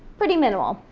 pretty minimal.